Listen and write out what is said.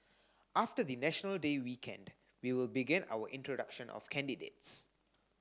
after the National Day weekend we will begin our introduction of candidates